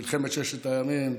מלחמת ששת הימים,